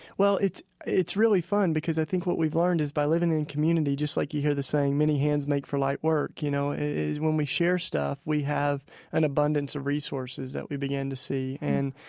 well it's it's really fun because i think what we've learned is by living in community just like you hear the saying, many hands make for light work, you know is when we share stuff, we have an abundance of resources that we begin to see. and